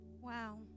Wow